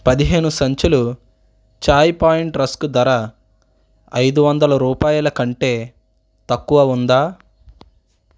పదిహేను సంచులు chai point rusk ధర ఐదు వందల రూపాయల కంటే తక్కువ ఉందా